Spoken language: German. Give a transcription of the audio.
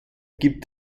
gibt